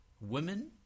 women